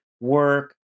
work